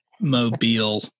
mobile